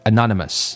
Anonymous